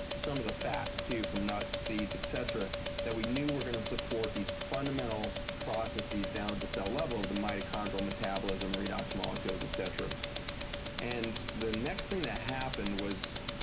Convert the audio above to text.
some of the fats, too, from nuts, seeds, etc that we knew were going to support these fundamental processes down to the cell level of the mitochondrial metabolism redox molecules, et cetera. and the next thing that happened was,